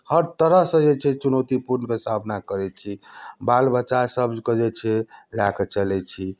हर तरहसँ जे छै चुनौतीपूर्णके सामना करै छी बाल बच्चा सभकेँ जे छै लए कऽ चलै छी